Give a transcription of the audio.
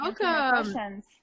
welcome